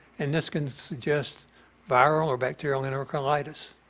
and this can suggest viral or bacterial enterocolitis.